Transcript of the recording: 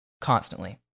constantly